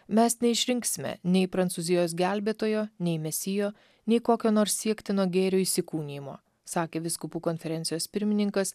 mes neišrinksime nei prancūzijos gelbėtojo nei mesijo nei kokio nors siektino gėrio įsikūnijimo sakė vyskupų konferencijos pirmininkas